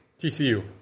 TCU